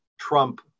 Trump